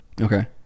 okay